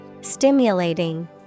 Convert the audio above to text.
Stimulating